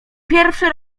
pierwszy